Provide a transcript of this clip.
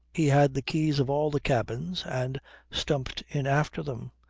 he had the keys of all the cabins, and stumped in after them.